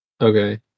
Okay